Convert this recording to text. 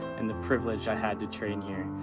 and the privilege i had to train here.